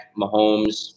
Mahomes